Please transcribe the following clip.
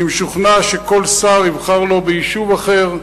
אני משוכנע שכל שר יבחר לו יישוב אחר,